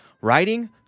Writing